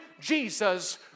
Jesus